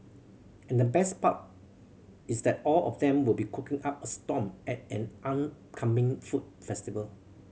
and the best part is that all of them will be cooking up a storm at an on coming food festival